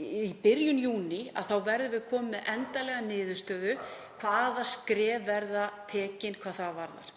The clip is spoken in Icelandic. í byrjun júní verðum við komin með endanlega niðurstöðu um hvaða skref verða tekin hvað það varðar.